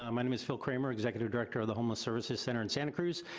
um my name is phil kramer, executive director of the homeless services center in santa cruz.